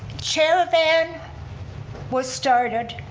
chair-a-van was started